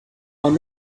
are